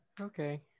Okay